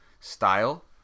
style